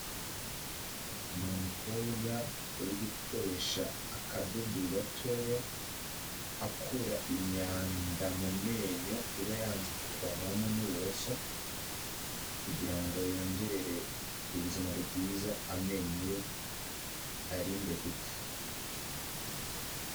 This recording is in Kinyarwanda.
Ni umukobwa uri gukoresha akadodo gatoya akura imyanda mu menyo iba yanze kuvanwamo n'uburoso kugira ngo yongerere ubuzima bwiza amenyo ayarinde gupfa.